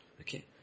Okay